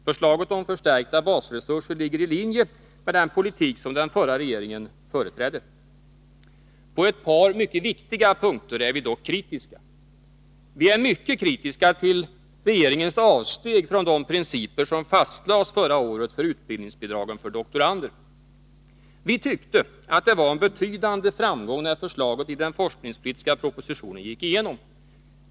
Förslaget om förstärkta basresurser ligger i linje med den politik som den förra regeringen företrädde. På ett par mycket viktiga punkter är vi dock kritiska. Vi är mycket kritiska till regeringens avsteg från de principer som fastlades förra året för utbildningsbidragen till doktorander. Vi tyckte att det var en betydande framgång när förslaget i den forskningspolitiska propositionen gick igenom.